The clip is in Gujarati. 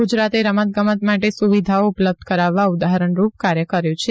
ગુજરાતે રમત ગમત માટે સુવિધાઓ ઉપલબ્ધ કરાવવા ઉદાહરણ રૂપ કાર્ય કર્યું છે